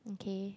okay